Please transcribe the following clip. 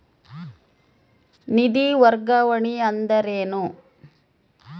ನಿಧಿ ವರ್ಗಾವಣೆ ಅಂದರೆ ಏನು?